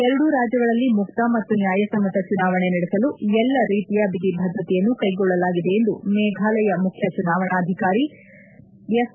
ಎರಡೂ ರಾಜ್ಯಗಳಲ್ಲಿ ಮುಕ್ತ ಮತ್ತು ನ್ಯಾಯಸಮ್ಮತ ಚುನಾವಣೆ ನಡೆಸಲು ಎಲ್ಲ ರೀತಿಯ ಬಿಗಿ ಭದ್ರತೆಯನ್ನು ಕೈಗೊಳ್ಳಲಾಗಿದೆ ಎಂದು ಮೇಘಾಲಯ ಮುಖ್ಯ ಚುನಾವಣಾಧಿಕಾರಿ ಎಫ್